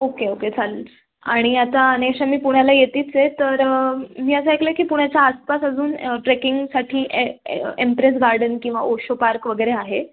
okay okay चालेल आणि आता मी पुण्याला येतीचए तर मी असं ऐकलं आहे की पुण्याच्या आसपास अजून ट्रेकिंगसाठी एम्प्रेस गार्डन किंवा ओशो पार्क वगेरे आहे